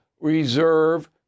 reserve